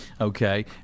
Okay